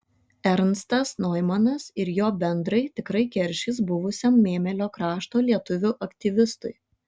ernstas noimanas ir jo bendrai tikrai keršys buvusiam mėmelio krašto lietuvių aktyvistui